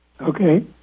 Okay